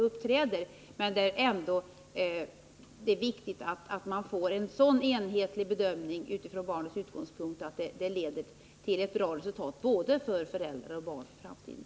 Det är 23 maj 1980 dock viktigt att man här får en så enhetlig bedömning att den leder till ett bra resultat för både föräldrar och barn. Om det ökande